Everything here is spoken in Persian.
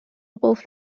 قفل